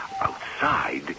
outside